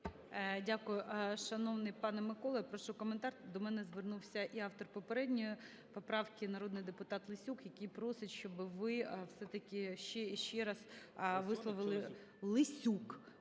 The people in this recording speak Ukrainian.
Дякую. Шановний пане Миколо, прошу коментар, до мене звернувся і автор попередньої поправки, народний депутат Лесюк, який просить, щоб ви все-таки ще раз висловили… Лесюк.